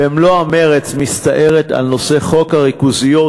במלוא המרץ מסתערת על נושא חוק הריכוזיות